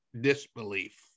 disbelief